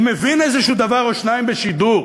הוא מבין איזה דבר או שניים בשידור.